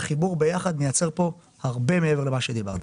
והחיבור ביחד מייצר פה הרבה מעבר למה שדיברת.